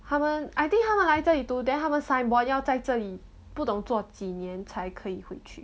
他们 I think 他们来这里读 then 他们 sign bond 要在这里不懂做几年才可以回去